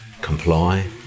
comply